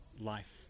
life